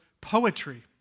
poetry